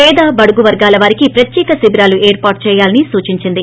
పేద బడుగు వర్గాల వారికి ప్రత్యేక శిభిరాలు ఏర్పాటు చేయాలని సూచించింది